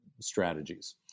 strategies